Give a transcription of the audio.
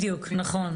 בדיוק, נכון.